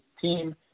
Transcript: team